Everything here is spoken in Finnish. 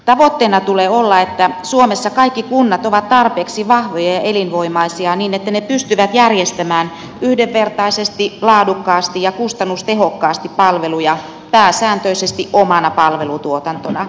tavoitteena tulee olla että suomessa kaikki kunnat ovat tarpeeksi vahvoja ja elinvoimaisia niin että ne pystyvät järjestämään yhdenvertaisesti laadukkaasti ja kustannustehokkaasti palveluja pääsääntöisesti omana palvelutuotantona